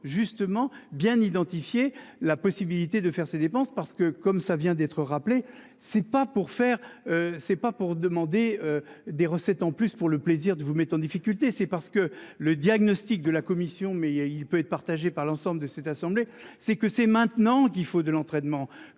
justement bien identifié la possibilité de faire ses dépenses parce que, comme ça vient d'être rappelé. C'est pas pour faire c'est pas pour demander des recettes en plus pour le plaisir de vous met en difficulté, c'est parce que le diagnostic de la commission mais il peut être partagé par l'ensemble de cette assemblée, c'est que c'est maintenant qu'il faut de l'entraînement